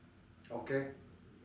okay